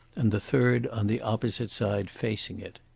and the third on the opposite side facing it.